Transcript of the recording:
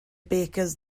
baker’s